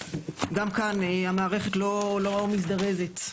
גם כאן המערכת לא מזדרזת.